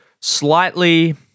slightly